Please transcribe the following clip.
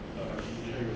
a childhood